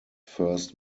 first